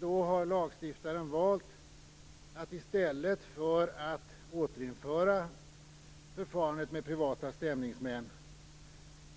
Då har lagstiftaren valt, i stället för att återinföra förfarandet med privata stämningsmän,